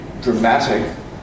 dramatic